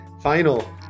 Final